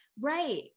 right